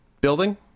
building